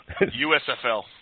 usfl